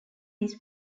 this